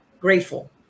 grateful